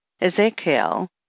Ezekiel